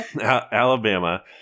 Alabama